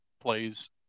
plays